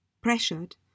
pressured